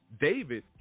David